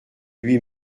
lui